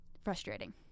Frustrating